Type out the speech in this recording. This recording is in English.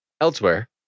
Elsewhere